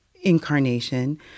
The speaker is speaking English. incarnation